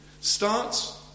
starts